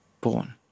born